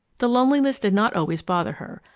the loneliness did not always bother her,